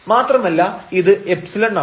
മാത്രമല്ല ഇത് എപ്സിലൺ ആണ്